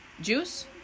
Juice